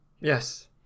yes